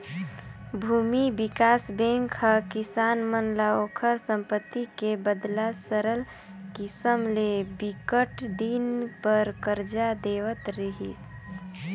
भूमि बिकास बेंक ह किसान मन ल ओखर संपत्ति के बदला सरल किसम ले बिकट दिन बर करजा देवत रिहिस